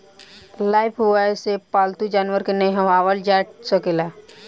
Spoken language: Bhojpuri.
लाइफब्वाय से पाल्तू जानवर के नेहावल जा सकेला